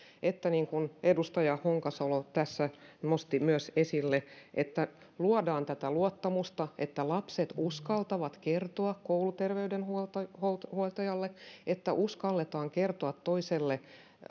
niin kuin edustaja honkasalo tässä nosti myös esille luodaan luottamusta niin että lapset uskaltavat kertoa kouluterveydenhoitajalle niin että uskalletaan kertoa toiselle